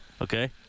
Okay